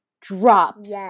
drops